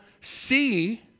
see